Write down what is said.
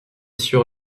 sur